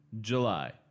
July